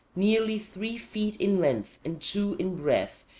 nearly three feet in length and two in breadth,